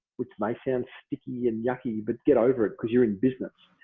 which may sound so icky and yucky but get over it because you're in business,